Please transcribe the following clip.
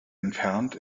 entfernt